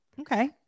Okay